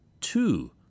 Two